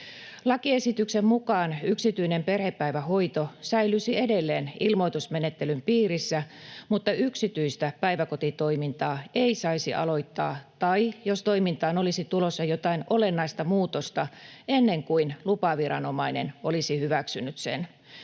Lakiesityksen mukaan yksityinen perhepäivähoito säilyisi edelleen ilmoitusmenettelyn piirissä, mutta yksityistä päiväkotitoimintaa ei saisi aloittaa tai toimintaan tulla jotain olennaista muutosta ennen kuin lupaviranomainen olisi hyväksynyt sen.